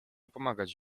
pomagać